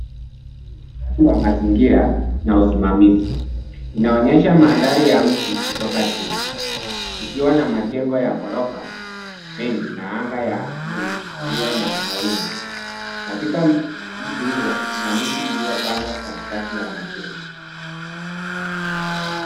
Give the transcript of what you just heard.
Hii ni hifadhi wa mazingira na usimamizi. Inaonyesha mandhari ya mji kutoka juu, ikiwa na majengo ya gorofa mengi na anga ya, blue iliyo na mawingu. Katika mji huo kuna miti iliyopandwa katikati ya majengo.